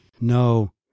No